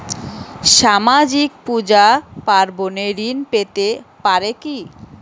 সামাজিক পূজা পার্বণে ঋণ পেতে পারে কি?